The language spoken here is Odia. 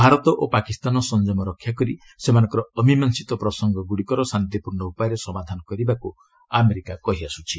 ଭାରତ ଓ ପାକିସ୍ତାନ ସଂଯମ ରକ୍ଷା କରି ସେମାନଙ୍କର ଅମୀମାଂଶିତ ପ୍ରସଙ୍ଗଗୁଡ଼ିକର ଶାନ୍ତିପୂର୍ଣ୍ଣ ଉପାୟରେ ସମାଧାନ କରିବାକୁ ଆମେରିକା କହିଆସ୍କୁଛି